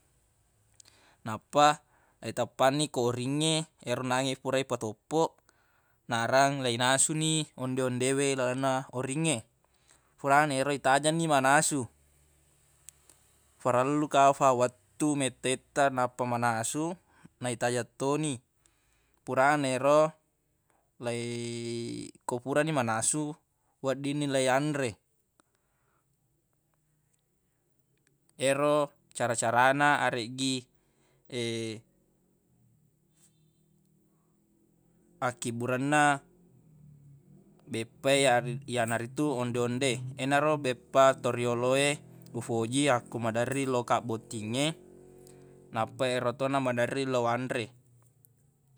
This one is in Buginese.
Nappa eteppanni ko oringnge ero onnang fura ifatoppoq narang leinasuni onde-onde we ilalenna oringnge furana ero itajenni manasu farellu kafang wettu metta-etta nappa manasu naitajeng toni purana ero lei- ko furani manasu weddinni leiyanre ero cara-carana areggi akkibburenna beppa e yar- yanaritu onde-onde enaro beppa toriyolo e ufoji yakko maderri lo ka bottingnge nappa ero to na maderri lo wanre.